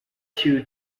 two